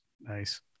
Nice